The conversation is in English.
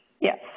Yes